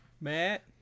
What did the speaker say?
Matt